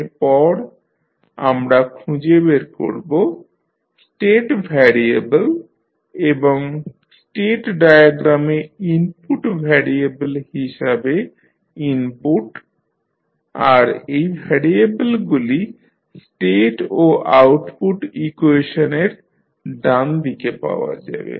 এরপর আমরা খুঁজে বের করব স্টেট ভ্যারিয়েবল এবং স্টেট ডায়াগ্রামে ইনপুট ভ্যারিয়েবল হিসাবে ইনপুট আর এই ভ্যারিয়েবলগুলি স্টেট ও আউটপুট ইকুয়েশনের ডান দিকে পাওয়া যাবে